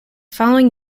following